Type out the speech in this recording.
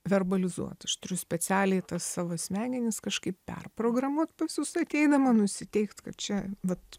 verbalizuot aš turiu specialiai į tas savo smegenis kažkaip perprogramuot pas jus ateidama nusiteikt kad čia vat